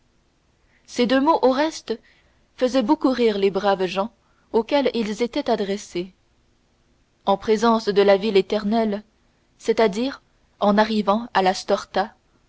ces deux mots au reste faisaient beaucoup rire les braves gens auxquels ils étaient adressés en présence de la ville éternelle c'est-à-dire en arrivant à la